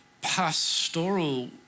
pastoral